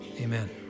amen